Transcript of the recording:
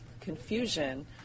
confusion